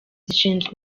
zishinzwe